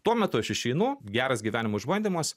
tuo metu aš išeinu geras gyvenimo išbandymas